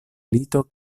lito